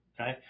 okay